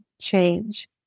change